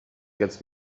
gets